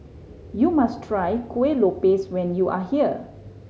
you must try Kuih Lopes when you are here